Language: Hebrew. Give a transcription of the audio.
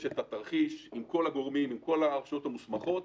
את התרחיש עם כל הגורמים ועם כל הרשויות המוסמכות.